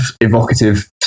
evocative